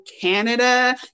canada